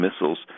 missiles